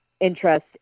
interest